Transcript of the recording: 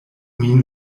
min